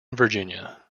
virginia